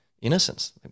innocence